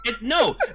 No